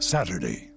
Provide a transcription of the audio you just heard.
Saturday